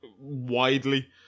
widely